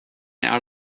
out